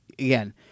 Again